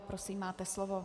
Prosím, máte slovo.